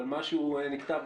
אבל משהו נקטע.